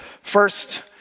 First